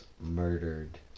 murdered